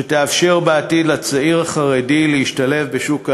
שתאפשר בעתיד לצעיר החרדי להשתלב בשוק העבודה.